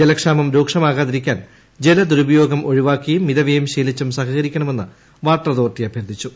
ജലക്ഷാമം രൂക്ഷമാകാതിരിക്കാൻ ജലദുരുപയോഗം ഒഴിവാക്കിയും മിതവൃയം ശീലിച്ചും സഹകരിക്കണമെന്ന് വാട്ടർ അതോറിറ്റി അഭ്യർത്ഥിച്ചു